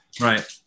Right